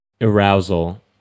arousal